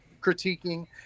critiquing